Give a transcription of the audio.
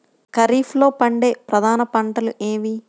ఖరీఫ్లో పండే ప్రధాన పంటలు ఏవి?